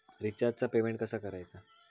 रिचार्जचा पेमेंट कसा करायचा?